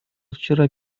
вчера